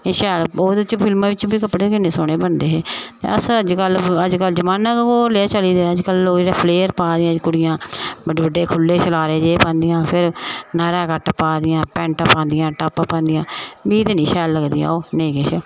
एह् शैल ओह्दे च फिल्मा च बी कपड़े किन्ने सोह्ने बनदे हे ते अस अज्जकल अज्जकल जमान्ना गै ओह् लेहा चली पेदा ऐ अज्जकल लोक जेह्ड़े फ्लेयर पा दियां कुड़ियां बड्डे बड्डे खुल्ले शरारे जेह् पांदियां फिर नायरा कट पा दियां पैंट पांदियां टॉप पांदियां मिगी ते निं शैल लगदियां ओह् नेईं किश